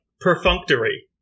perfunctory